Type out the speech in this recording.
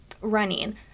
running